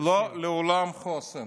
לא לעולם חוסן.